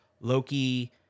Loki